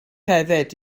hefyd